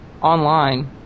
online